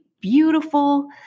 beautiful